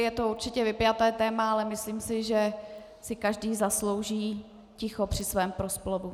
Je to určitě vypjaté téma, ale myslím si, že si každý zaslouží ticho při svém proslovu.